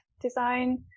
design